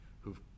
who've